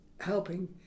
helping